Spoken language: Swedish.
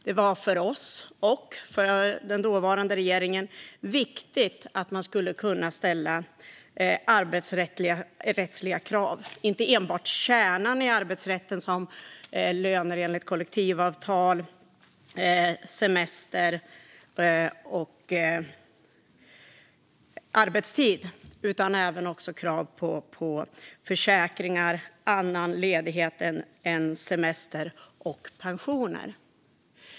Det var för oss och för den dåvarande regeringen viktigt att man skulle kunna ställa arbetsrättsliga krav inte enbart på kärnan i arbetsrätten, som kollektivavtal, semester och arbetstid utan även på försäkringar, annan ledighet än semester och pensioner.